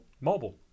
mobile